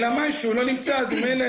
אלא מאי שהוא לא נמצא, אז ממילא.